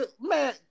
man